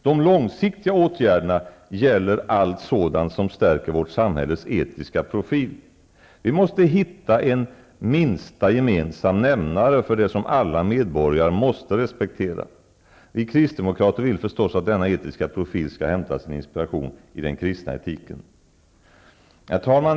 De långsiktiga åtgärderna gäller allt sådant som stärker vårt samhälles etiska profil. Vi måste hitta en ''minsta gemensam nämnare'' för det som alla medborgare måste respektera. Vi kristdemokrater vill förstås att denna etiska profil skall hämta sin inspiration i den kristna etiken. Herr talman!